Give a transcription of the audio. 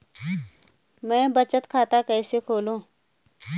मैं बचत खाता कैसे खोलूँ?